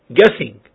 guessing